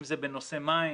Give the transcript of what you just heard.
אם זה בנושא מים,